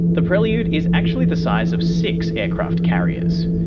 the prelude is actually the size of six aircraft carriers.